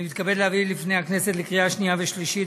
אני מתכבד להביא בפני הכנסת לקריאה שנייה ושלישית